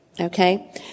Okay